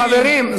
חברים,